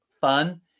fun